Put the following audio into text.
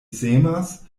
semas